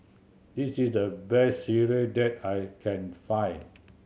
this is the best sireh that I can find